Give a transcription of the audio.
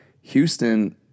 Houston